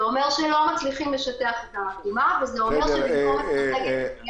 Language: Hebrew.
זה אומר שלא מצליחים לשטח את העקומה וזה אומר שביקורת --- איה,